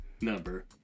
number